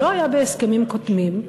שלא היה בהסכמים קודמים,